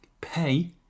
pay